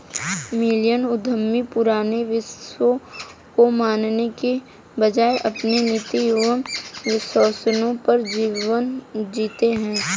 millennial उद्यमी पुराने विश्वासों को मानने के बजाय अपने नीति एंव विश्वासों पर जीवन जीते हैं